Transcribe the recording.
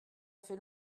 fait